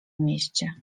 mieście